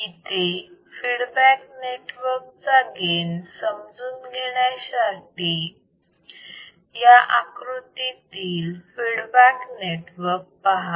इथे feedback network चा gain समजून घेण्यासाठी या आकृतीतील फीडबॅक नेटवर्क पहा